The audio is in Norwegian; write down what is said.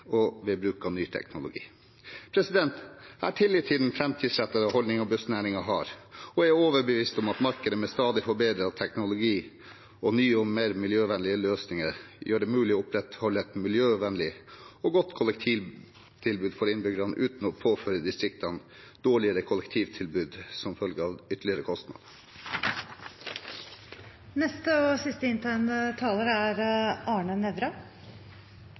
og ved bruk av ny teknologi. Jeg har tillit til den framtidsrettede holdningen bussnæringen har, og er overbevist om at markedet med stadig forbedret teknologi og nye og mer miljøvennlige løsninger gjør det mulig å opprettholde et miljøvennlig og godt kollektivtilbud for innbyggerne, uten å påføre distriktene dårligere kollektivtilbud som følge av ytterligere